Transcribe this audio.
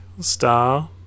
star